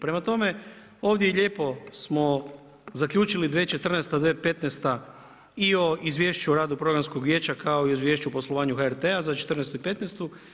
Prema tome ovdje lijepo smo zaključili 2014., 2015. i o Izvješću o radu Programskog vijeća kao i o Izvješću o poslovanju HRT-a za 2014. i 15.